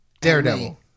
Daredevil